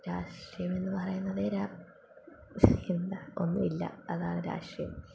രാഷ്ട്രീയം എന്ന് പറയുന്നത് രാഷ്ട്രീയം എന്താ ഒന്നുമില്ല അതാണ് രാഷ്ട്രീയം